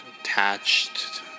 attached